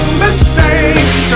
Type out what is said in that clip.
mistake